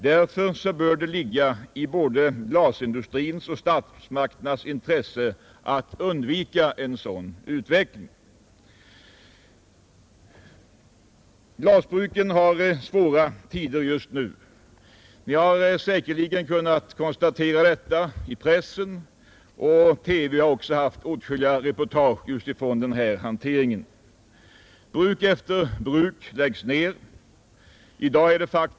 Därför bör det ligga i både glasindustrins och statsmakternas intresse att undvika en sådan utveckling. Glasbruken har svåra tider just nu. Vi har kunnat konstatera detta i pressen, och TV har också haft åtskilliga reportage om glashanteringen. Bruk efter bruk läggs ner.